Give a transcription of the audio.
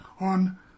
on